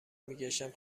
میگشتم